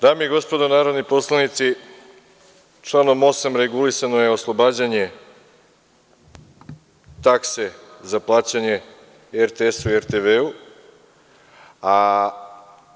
Dame i gospodo narodni poslanici, članom 8. regulisano je oslobađanje takse za plaćanje i RTS-u i RTV-u.